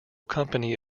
company